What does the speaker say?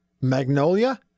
Magnolia